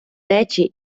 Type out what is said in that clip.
речі